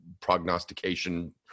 prognostication